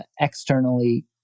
Externally